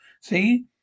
See